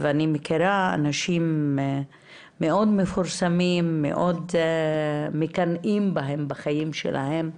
אני מכירה אנשים מאוד מפורסמים שמאוד מקנאים בחייהם שלהם,